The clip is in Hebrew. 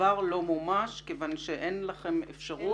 דבר לא מומש כיוון שאין לכם אפשרות.